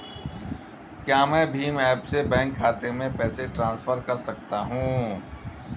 क्या मैं भीम ऐप से बैंक खाते में पैसे ट्रांसफर कर सकता हूँ?